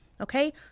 Okay